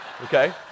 okay